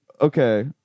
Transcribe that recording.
Okay